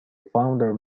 founder